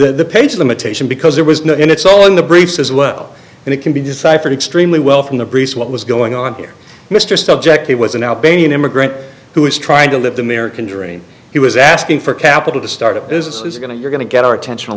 the page limitation because there was no and it's all in the briefs as well and it can be deciphered extremely well from the briefs what was going on here mr subjects it was an albanian immigrant who was trying to live the american dream he was asking for capital to start a business is going to you're going to get our attention a